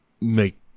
make